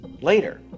later